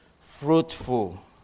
fruitful